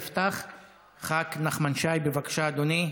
יפתח ח"כ נחמן שי, בבקשה, אדוני.